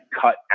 cut